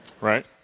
Right